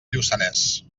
lluçanès